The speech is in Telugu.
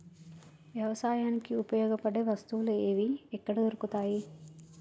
వ్యవసాయానికి ఉపయోగపడే వస్తువులు ఏవి ఎక్కడ దొరుకుతాయి?